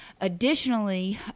Additionally